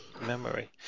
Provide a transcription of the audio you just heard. Memory